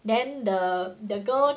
then the the girl